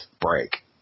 break